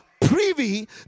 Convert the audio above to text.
privy